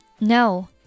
No